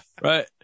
Right